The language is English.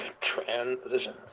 Transition